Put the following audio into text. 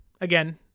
Again